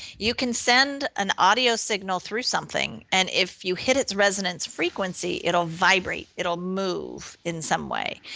you can sen an audio signal through something, and if you hit it's resonance frequency it will vibrate, it will move in some way.